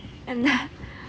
I